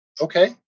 Okay